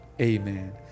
Amen